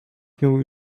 miał